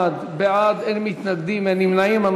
21 בעד, אין מתנגדים ואין נמנעים.